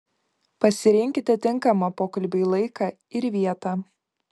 pasirinkite tinkamą pokalbiui laiką ir vietą